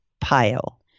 pile